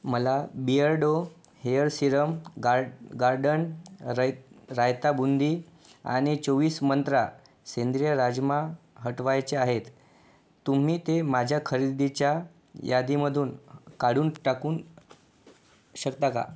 मला Beardo hair serum guard garden राय रायता बुंदी आणि चोवीस मंत्रा सेंद्रिय राजमा हटवायचे आहेत तुम्ही ते माझ्या खरेदीच्या यादीमधून काढून टाकू शकता का